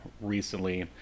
recently